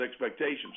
expectations